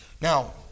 Now